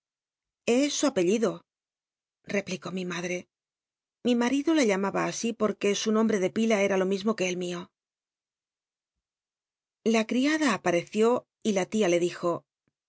es su apellido iepl icó mi madre mi matido la llamaba así porque su nombre de pila era lo mismo que el mio la c riada apareció y lu tia le dijo